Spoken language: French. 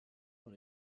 dans